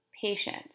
patience